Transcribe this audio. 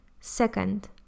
Second